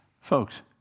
Folks